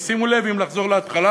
כי, שימו לב, אם לחזור להתחלה,